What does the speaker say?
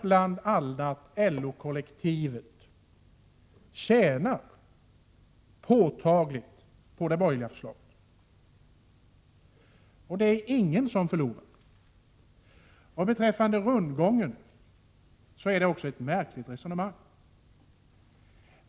Bl.a. LO-kollektivet tjänar påtagligt på det borgerliga förslaget. Och det är ingen som förlorar. Beträffande rundgången vill jag säga att det är ett märkligt resonemang som förs.